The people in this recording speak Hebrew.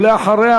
ואחריה,